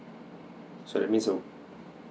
so that means um